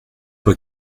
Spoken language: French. fois